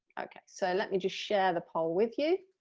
okay, so let me just share the poll with you,